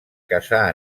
caçar